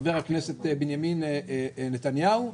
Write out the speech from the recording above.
חבר הכנסת בנימין נתניהו,